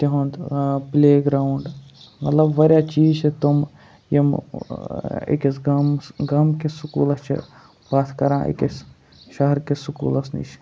تِہُنٛد playground مَطلَب واریاہ چیٖز چھِ تِم یِم أکِس گامَس گامکِس سکولَس چھِ پَتھ کَران أکِس شَہَرکِس سکولَس نِش